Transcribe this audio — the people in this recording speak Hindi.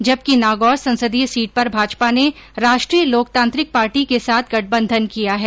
जबकि नागौर संसदीय सीट पर भाजपा ने राष्ट्रीय लोकतांत्रिक पार्टी के साथ गठबंधन किया है